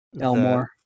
Elmore